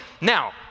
Now